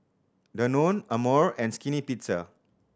Danone Amore and Skinny Pizza